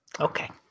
Okay